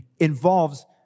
involves